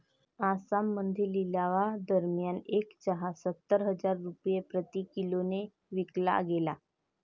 आसाममध्ये लिलावादरम्यान एक चहा सत्तर हजार रुपये प्रति किलोने विकला गेला